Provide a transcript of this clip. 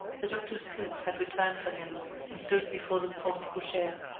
the doctor's coupe had returned for him and stood before the porte cochere.